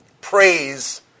Praise